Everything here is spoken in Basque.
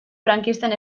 frankisten